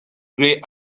grey